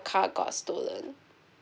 car got stolen